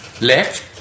left